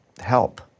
help